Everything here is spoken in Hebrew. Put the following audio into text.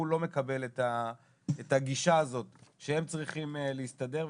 לא מקבל את הגישה הזאת שהם צריכים להסתדר.